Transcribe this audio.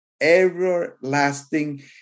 everlasting